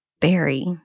Barry